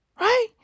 Right